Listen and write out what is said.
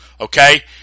okay